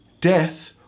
Death